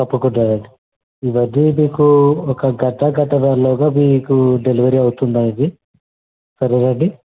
తప్పకుండా అండి ఇవన్నీ మీకు ఒక గంట గంటన్నారా లోగా మీకు డెలివరీ అవుతుందండి పర్వాలేదండి